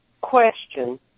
question